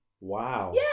Wow